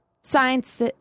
science